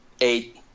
Eight